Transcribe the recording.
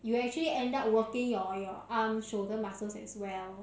you actually end up working your your arm shoulder muscles as well